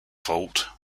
fault